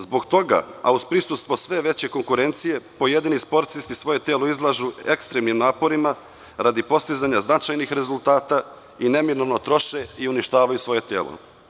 Zbog toga, a uz prisustvo sve veće konkurencije, pojedini sportisti svoje telo izlažu ekstremnim naporima radi postizanja značajnih rezultata i neminovno troše i uništavaju svoje telo.